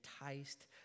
enticed